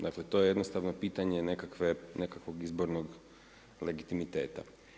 Dakle to je jednostavno pitanje nekakvog izbornog legitimiteta.